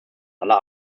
aller